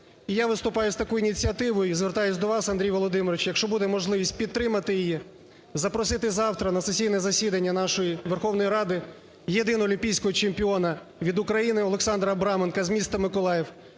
я виступаю з такою ініціативою, і звертаюсь до вас, Андрій Володимирович, якщо буде можливість, підтримати її. Запросити завтра на сесійне засідання нашої Верховної Ради єдиного олімпійського чемпіона від України Олександра Абраменка з міста Миколаїв,